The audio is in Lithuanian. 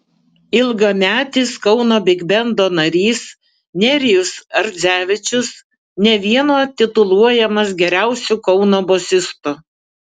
ilgametis kauno bigbendo narys nerijus ardzevičius ne vieno tituluojamas geriausiu kauno bosistu